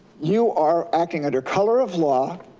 you are acting under color of law.